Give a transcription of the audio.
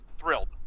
thrilled